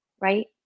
right